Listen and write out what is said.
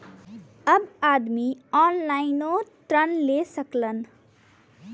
अब आदमी ऑनलाइनों ऋण ले सकलन